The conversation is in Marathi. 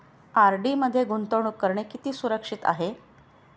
आर.डी मध्ये गुंतवणूक करणे किती सुरक्षित आहे?